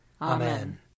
Amen